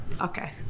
Okay